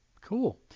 Cool